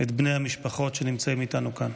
את בני המשפחות שנמצאים איתנו כאן,